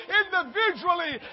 individually